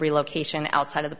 relocation outside of the